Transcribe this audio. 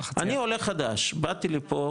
אני עולה חדש, באתי לפה,